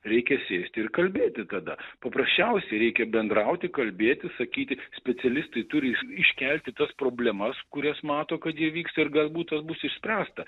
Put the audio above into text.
reikia sėsti ir kalbėti tada paprasčiausiai reikia bendrauti kalbėtis sakyti specialistai turi iškelti tas problemas kurias mato kad jie vyksta ir galbūt tas bus išspręsta